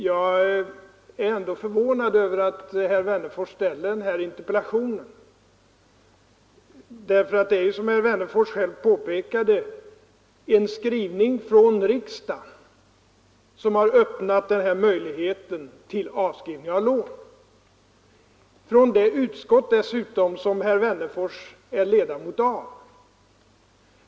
Jag är ändå förvånad över att herr Wennerfors framställt sin interpellation, ty det är ju, som han själv påpekade, en skrivning från riksdagen som har öppnat möjligheten till eftergift av lån, dessutom gjord av det utskott som herr Wennerfors är ledamot av.